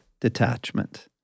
detachment